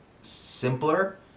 simpler